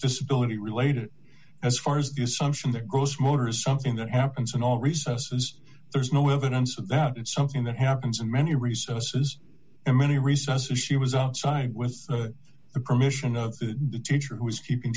disability related as far as the assumption that goes motor is something that happens in all recesses there's no evidence of that in something that happens in many recesses in many recesses she was outside with the permission of the teacher who was keeping